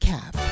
Cap